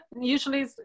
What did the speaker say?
usually